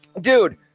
Dude